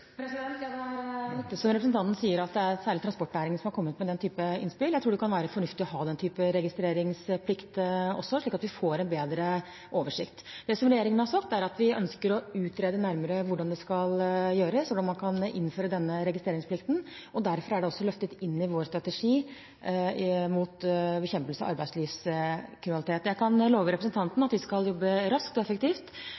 Det er riktig som representanten sier, at det er særlig transportnæringen som har kommet med den type innspill. Jeg tror det kan være fornuftig å ha den type registreringsplikt også, slik at vi får en bedre oversikt. Det regjeringen har sagt, er at vi ønsker å utrede nærmere hvordan det skal gjøres, eller om man kan innføre denne registreringsplikten, og derfor er det også løftet inn i vår strategi for bekjempelse av arbeidslivskriminalitet. Jeg kan love representanten